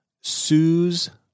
Sue's